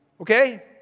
Okay